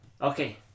Okay